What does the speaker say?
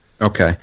Okay